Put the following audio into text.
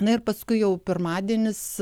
na ir paskui jau pirmadienis